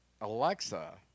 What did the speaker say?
Alexa